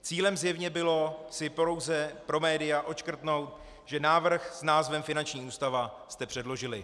Cílem zjevně bylo si pouze pro média odškrtnout, že návrh s názvem finanční ústava jste předložili.